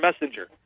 messenger